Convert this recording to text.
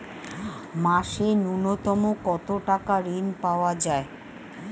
মাসে নূন্যতম কত টাকা ঋণ পাওয়া য়ায়?